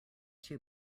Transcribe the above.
too